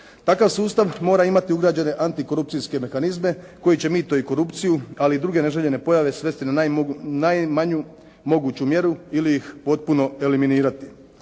Takav sustav mora imati ugrađene antikorupcijske mehanizme koji će mito i korupciju, ali i druge neželjene pojave svesti na najmanju moguću mjeru ili ih potpuno eliminirati.